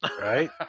right